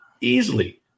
easily